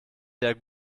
der